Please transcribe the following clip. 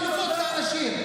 תן חלופות לאנשים.